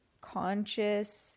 conscious